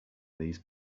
these